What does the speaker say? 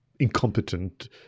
incompetent